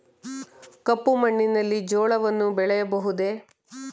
ಕಪ್ಪು ಮಣ್ಣಿನಲ್ಲಿ ಜೋಳವನ್ನು ಬೆಳೆಯಬಹುದೇ?